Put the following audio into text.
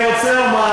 אני רוצה לומר